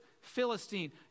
Philistine